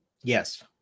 Yes